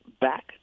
back